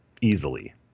easily